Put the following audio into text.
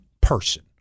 person